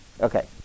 Okay